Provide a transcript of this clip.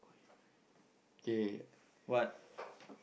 okay